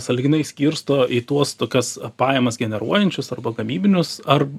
sąlyginai skirsto į tuos tokias pajamas generuojančius arba gamybinius ar